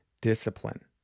discipline